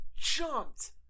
jumped